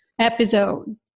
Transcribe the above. episode